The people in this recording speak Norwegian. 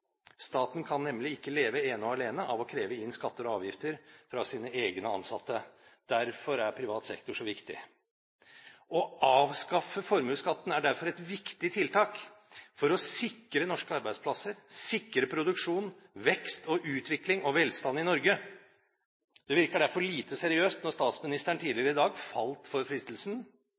Staten kan nemlig ikke leve ene og alene av å kreve inn skatter og avgifter fra sine egne ansatte. Derfor er privat sektor så viktig. Å avskaffe formuesskatten er derfor et viktig tiltak for å sikre norske arbeidsplasser, sikre produksjon, vekst, utvikling og velstand i Norge. Det virker derfor lite seriøst når statsministeren tidligere i dag falt for fristelsen